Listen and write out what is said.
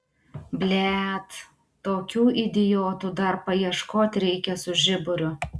blet tokių idiotų dar paieškot reikia su žiburiu